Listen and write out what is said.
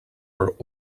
were